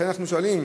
לכן אנחנו שואלים: